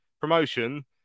promotion